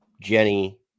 Jenny